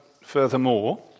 furthermore